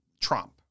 Trump